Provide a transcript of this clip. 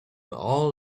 all